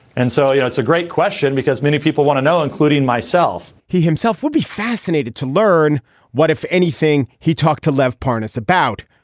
and so, you know, it's a great question because many people want to know, including myself he himself would be fascinated to learn what, if anything, he talked to left parness about.